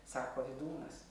sako vydūnas